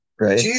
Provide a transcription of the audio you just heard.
Right